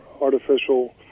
artificial